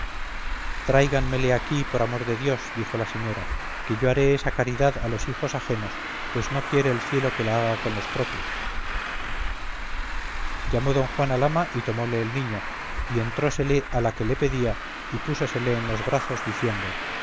tráiganmele aquí por amor de dios dijo la señora que yo haré esa caridad a los hijos ajenos pues no quiere el cielo que la haga con los propios llamó don juan al ama y tomóle el niño y entrósele a la que le pedía y púsosele en los brazos diciendo